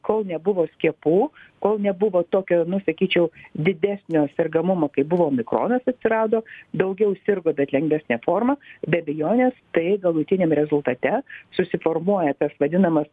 kol nebuvo skiepų kol nebuvo tokio nu sakyčiau didesnio sergamumo kai buvo omikonas atsirado daugiau sirgo bet lengvesnė forma be abejonės tai galutiniam rezultate susiformuoja tas vadinamas